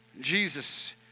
Jesus